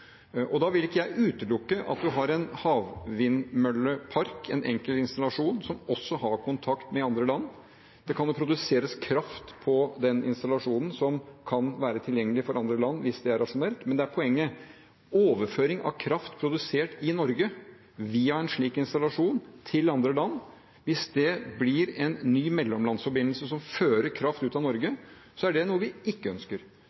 Da vil ikke jeg utelukke at man har en havvindmøllepark, en enkel installasjon, som også har kontakt med andre land. Det kan jo produseres kraft på den installasjonen som kan være tilgjengelig for andre land hvis det er rasjonelt. Poenget er at hvis overføring av kraft produsert i Norge via en slik installasjon til andre land blir en ny mellomlandsforbindelse som fører kraft ut av Norge, er det noe vi ikke ønsker.